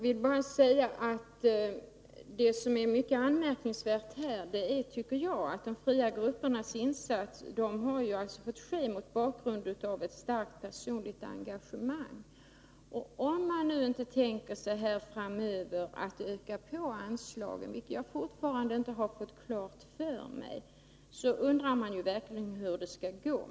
Herr talman! Det som är mycket anmärkningsvärt är att de fria gruppernas insatser har fått ske mot bakgrund av ett starkt personligt engagemang. Om regeringen inte avser att öka anslagen framöver, vilket jag fortfarande inte har fått klart för mig, så undrar jag verkligen hur det skall gå.